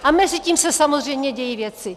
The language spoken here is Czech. A mezitím se samozřejmě dějí věci.